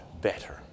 better